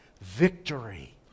victory